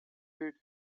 hud